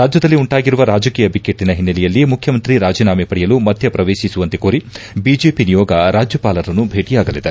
ರಾಜ್ಯದಲ್ಲಿ ಉಂಟಾಗಿರುವ ರಾಜಕೀಯ ಬಿಕ್ಕಟ್ಟಿನ ಹಿನ್ನೆಲೆಯಲ್ಲಿ ಮುಖ್ಯಮಂತ್ರಿ ರಾಜೀನಾಮೆ ಪಡೆಯಲು ಮಧ್ಯ ಪ್ರವೇಶಿಸುವಂತೆ ಕೋರಿ ಬಿಜೆಪಿ ನಿಯೋಗ ರಾಜ್ಯಪಾಲರನ್ನು ಭೇಟಿಯಾಗಲಿದೆ